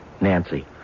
Nancy